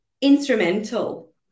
instrumental